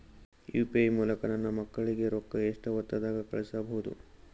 UPI ಮೂಲಕ ನನ್ನ ಮಕ್ಕಳಿಗ ರೊಕ್ಕ ಎಷ್ಟ ಹೊತ್ತದಾಗ ಕಳಸಬಹುದು?